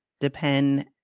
depend